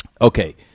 Okay